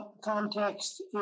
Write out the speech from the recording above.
context